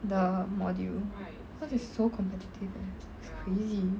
the module cause it's so competitive eh is crazy